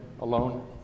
alone